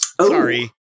Sorry